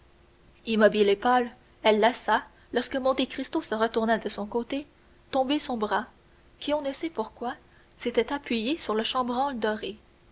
immobile et pâle elle laissa lorsque monte cristo se retourna de son côté tomber son bras qui on ne sait pourquoi s'était appuyé sur le chambranle doré